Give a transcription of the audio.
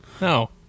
No